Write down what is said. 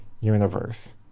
universe